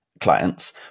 clients